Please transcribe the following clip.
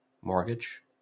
mortgage